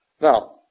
Now